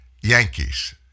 Yankees